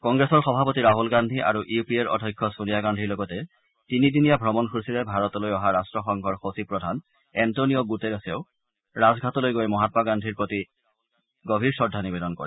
কংগ্ৰেছৰ সভাপতি ৰাহুল গান্ধী আৰু ইউ পি এৰ অধ্যক্ষ ছোনিয়া গান্ধীৰ লগতে তিনিদিনীয়া ভ্ৰমণসূচীৰে ভাৰতলৈ অহা ৰাষ্ট্ৰসংঘৰ সচিব প্ৰধান এণ্টনিঅ গুটেৰেছেও ৰাজঘাটলৈ গৈ মহাম্মা গান্ধীৰ প্ৰতি গভীৰ শ্ৰদ্ধা নিৱেদন কৰে